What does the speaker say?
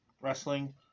wrestling